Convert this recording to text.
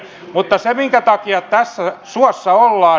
mutta se minkä takia tässä suossa ollaan